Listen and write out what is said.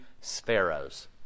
sparrows